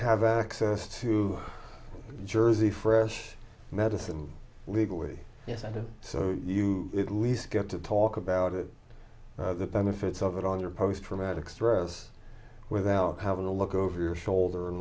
have access to jersey fresh medicine legally yes i did so you at least get to talk about it the benefits of it on your post traumatic stress without having to look over your shoulder and